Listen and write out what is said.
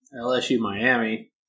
LSU-Miami